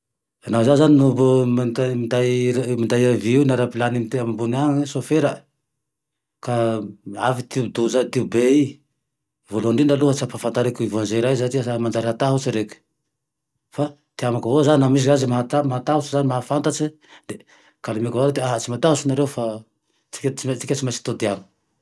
Na izaho zane minday vy io na rapilaniny ty ambony agne, soferay ka avy tio-doza, tio bey, voalohan'indrindra tsy ampahafantariko voaiazera ay fa manjary hatahotsy reke, fa ty amako avao zane laha misy raha mahatahitsy zay mahafantatse le kalimeko avao ty aha, tsy matahotsy nareo fa tika tsy maintsy tody agne.